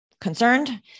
concerned